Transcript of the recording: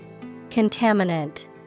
Contaminant